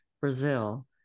Brazil